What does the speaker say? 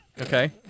okay